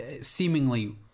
seemingly